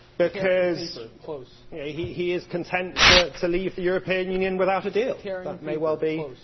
because yeah he he is content to to leave the european union without a deal. that may well be.